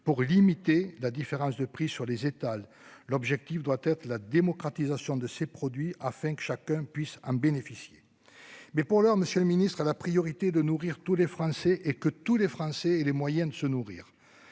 pour limiter la différence de prix sur les étals. L'objectif doit être la démocratisation de ces produits, afin que chacun puisse en bénéficier. Mais pour l'heure, monsieur le ministre à la priorité de nourrir tous les Français et que tous les Français et les moyens de se nourrir.